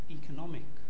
economic